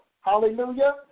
Hallelujah